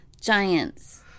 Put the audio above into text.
Giants